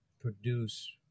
produce